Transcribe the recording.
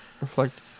reflect